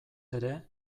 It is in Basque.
ere